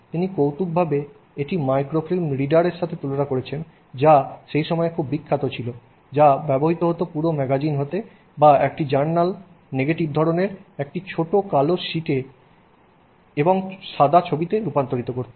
তিনি কৌতুকভাবে এটি মাইক্রোফিল্ম রিডার সাথে তুলনা করেছেন যা সেই সময়ে খুব বিখ্যাত ছিল যা ব্যবহৃত হত পুরো ম্যাগাজিন হতে বা একটি জার্নাল নেগেটিভ ধরণের একটি ছোট শীটে কালো এবং সাদা ছবিতে রূপান্তরিত করতো